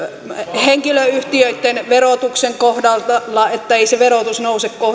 henkilöyhtiöitten verotuksen kohdalla ettei se verotus nouse